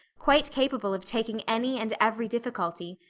quite capable of taking any and every difficulty,